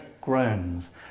groans